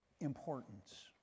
importance